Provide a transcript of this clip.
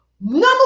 Number